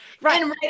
right